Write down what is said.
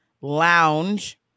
Lounge